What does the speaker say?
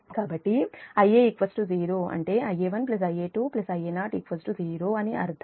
కాబట్టి Ia 0 అంటే Ia1 Ia2 Ia0 0 అని అర్థం